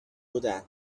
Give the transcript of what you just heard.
بودن